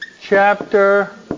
chapter